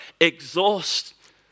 exhaust